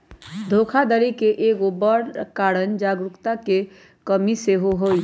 धोखाधड़ी के एगो बड़ कारण जागरूकता के कम्मि सेहो हइ